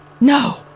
No